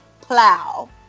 Plow